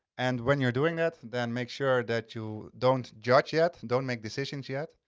and when you're doing that then make sure that you don't judge yet. and don't make decisions yet,